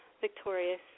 victorious